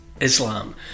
Islam